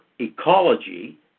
ecology